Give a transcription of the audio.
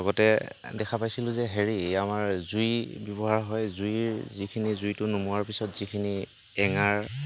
লগতে দেখা পাইছিলো যে হেৰি আমাৰ জুই ব্য়ৱহাৰ হয় জুইৰ যিখিনি জুইতো নুমুৱাৰ পিছত যিখিনি এঙাৰ